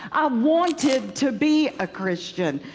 i wanted to be a christian,